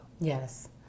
Yes